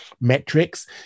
metrics